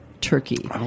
turkey